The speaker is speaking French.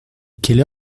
quelle